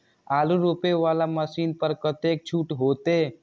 आलू रोपे वाला मशीन पर कतेक छूट होते?